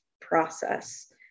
process